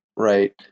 Right